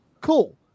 Cool